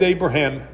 Abraham